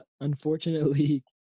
unfortunately